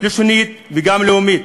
לשונית וגם לאומית.